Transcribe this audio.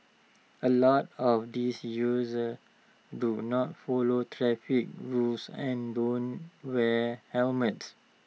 A lot of these users do not follow traffic rules and don't wear helmets